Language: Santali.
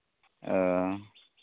ᱚ